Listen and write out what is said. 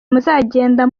muzagenda